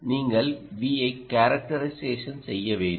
நீங்கள் VI characterisation செய்ய வேண்டும்